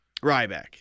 Ryback